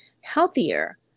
healthier